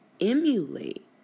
emulate